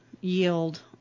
yield